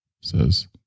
says